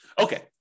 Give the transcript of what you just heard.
Okay